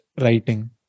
writing